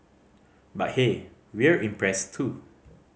but hey we're impressed too